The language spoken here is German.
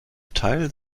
teil